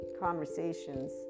conversations